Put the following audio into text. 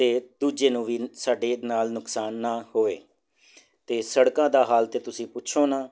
ਅਤੇ ਦੂਜੇ ਨੂੰ ਵੀ ਸਾਡੇ ਨਾਲ ਨੁਕਸਾਨ ਨਾ ਹੋਵੇ ਅਤੇ ਸੜਕਾਂ ਦਾ ਹਾਲ ਤਾਂ ਤੁਸੀਂ ਪੁੱਛੋ ਨਾ